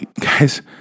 guys